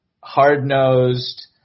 hard-nosed